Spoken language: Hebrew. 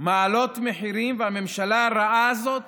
מעלות מחירים והממשלה הרעה הזאת